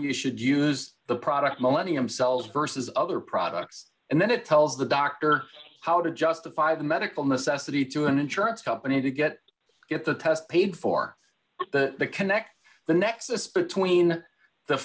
you should use the product millennium cells versus other products and then it tells the doctor how to justify the medical necessity to an insurance company to get get the test paid for the connect the nexus between the